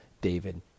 David